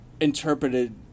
interpreted